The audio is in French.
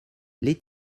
les